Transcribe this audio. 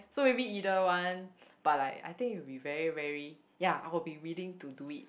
so maybe either one but like I think it will be very very ya I will be willing to do it